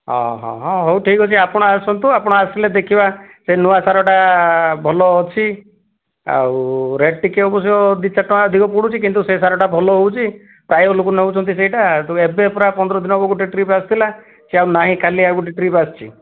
ହଉ ଠିକ୍ ଅଛି ଆପଣ ଆସନ୍ତୁ ଆପଣ ଆସିଲେ ଦେଖିବା ସେ ନୂଆ ସାରଟା ଭଲ ଅଛି ଆଉ ରେଟ୍ ଟିକିଏ ଅବଶ୍ୟ ଦୁଇ ଚାରି ଟଙ୍କା ଅଧିକ ପଡ଼ୁଛି କିନ୍ତୁ ସେ ସାରଟା ଭଲ ହେଉଛି ପ୍ରାୟ ଲୋକ ନେଉଛନ୍ତି ସେଇଟା ତ ଏବେ ପୁରା ପନ୍ଦର ଦିନ ହେବ ଗୋଟେ ଟ୍ରିପ୍ ଆସିଥିଲା ସେ ଆଉ ନାହିଁ କଲି ଆଉ ଗୋଟେ ଟ୍ରିପ୍ ଆସିଛି